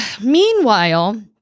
meanwhile